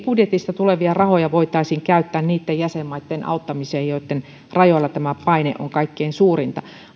budjetista tulevia rahoja voitaisiin käyttää niitten jäsenmaitten auttamiseen joitten rajoilla tämä paine on kaikkein suurinta